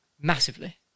massively